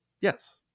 Yes